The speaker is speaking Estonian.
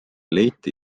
leiti